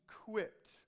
equipped